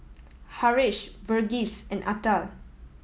Haresh Verghese and Atal